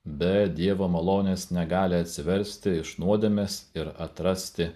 be dievo malonės negali atsiversti iš nuodėmės ir atrasti